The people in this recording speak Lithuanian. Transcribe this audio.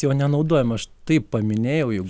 jo nenaudojam aš taip paminėjau jeigu